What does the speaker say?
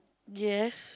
yes